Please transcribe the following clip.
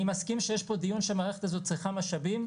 אני מסכים שיש פה דיון שהמערכת הזו צריכה משאבים,